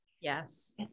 yes